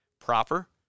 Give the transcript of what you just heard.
proper